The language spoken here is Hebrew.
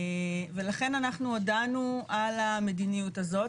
ולכן אנחנו הודענו על המדיניות הזאת,